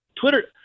Twitter